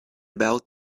about